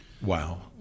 Wow